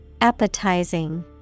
Appetizing